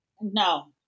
No